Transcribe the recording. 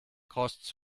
costs